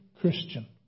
Christian